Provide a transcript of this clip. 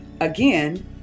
Again